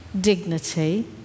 dignity